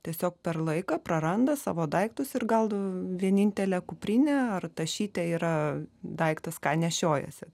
tiesiog per laiką praranda savo daiktus ir gal vienintelė kuprinė ar tašytė yra daiktas ką nešiojasi